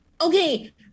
Okay